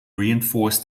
reinforced